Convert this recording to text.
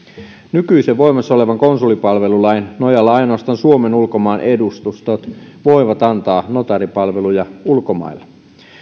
nykyisen voimassa olevan konsulipalvelulain nojalla ainoastaan suomen ulkomaanedustustot voivat antaa notaaripalveluja ulkomailla